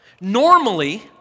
Normally